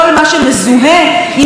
שמץ של ממלכתיות.